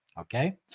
Okay